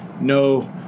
no